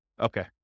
Okay